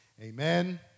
Amen